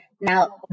Now